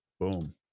Boom